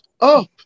up